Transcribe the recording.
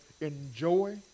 enjoy